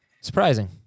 Surprising